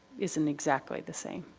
isn't exactly the same.